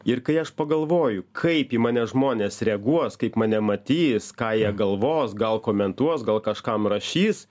ir kai aš pagalvoju kaip į mane žmonės reaguos kaip mane matys ką jie galvos gal komentuos gal kažkam rašys